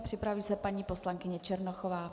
Připraví se paní poslankyně Černochová.